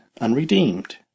unredeemed